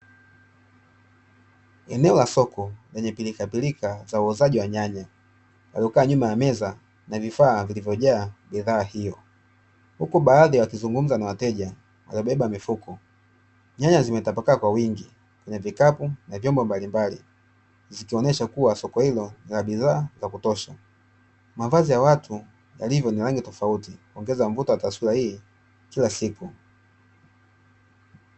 Eneo la soko lenye pirikapirika za uuzaaji wa nyanya. Waliokaa nyuma ya meza na vifaa vilivyojaa bidhaa hiyo. Huku baadhi wakizungumza na wateja waliobeba mifuko. Nyanya zimetapakaa kwa wingi kwenye vikapu na vyombo mbalimbali, zikionyesha kuwa soko hilo lina bidhaa za kutosha. Mavazi ya watu yalivyo ni rangi tofauti kuongeza mvuto wa taswira hii kila siku.